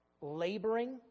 laboring